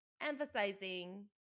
emphasizing